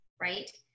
right